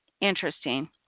interesting